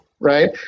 right